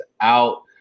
out